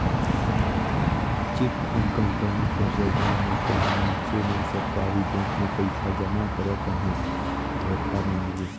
chit fund company कर जगहा में कहों मइनसे मन सरकारी बेंक में पइसा जमा करत अहें धोखा नी मिले